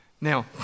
Now